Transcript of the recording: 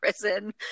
prison